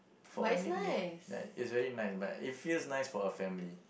for a nickname ya it's very nice but it feels nice for a family